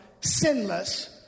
sinless